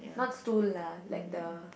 not stool lah like the